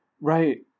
right